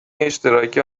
اشتراکی